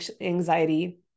anxiety